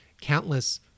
countless